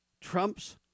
Trump's